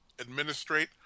administrate